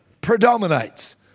predominates